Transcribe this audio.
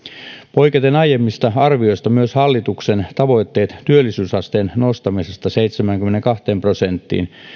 poiketen aiemmista arvioista myös hallituksen tavoitteet työllisyysasteen nostamisesta seitsemäänkymmeneenkahteen prosenttiin